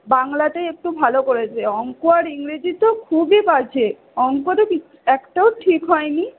বাংলাতে একটু ভালো করেছে অঙ্ক আর ইংরেজি তো খুবই বাজে অঙ্ক তো একটাও ঠিক হয়নি